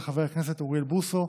של חבר הכנסת אוריאל בוסו,